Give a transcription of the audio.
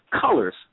colors